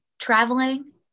traveling